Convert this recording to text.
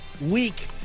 week